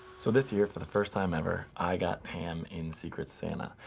so this year, for the first time ever, i got pam in secret santa.